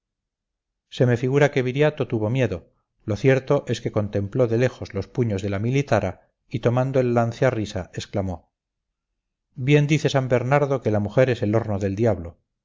se me figura que viriato tuvo miedo lo cierto es que contempló de lejos los puños de la militara y tomando el lance a risa exclamó bien dice san bernardo que la mujer es el horno del diablo